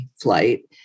flight